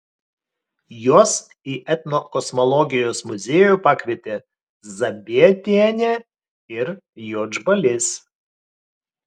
juos į etnokosmologijos muziejų pakvietė zabietienė ir juodžbalys